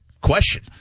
question